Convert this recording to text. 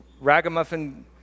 ragamuffin